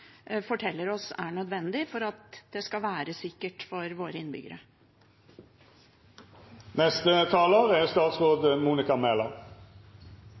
forteller oss er nødvendig for at det skal være sikkert for våre